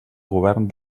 govern